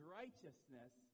righteousness